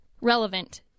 relevant